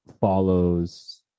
follows